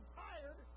tired